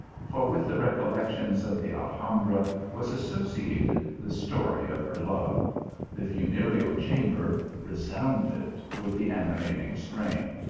for with the recollections of the alhambra was associ ated the story of her love the funereal chamber re sounded with the animating strain.